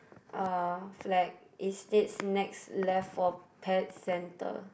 uh flag it states next left for pet centre